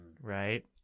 right